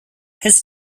his